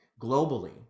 globally